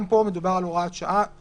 גם פה מדובר על הוראת שעה